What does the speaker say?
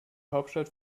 hauptstadt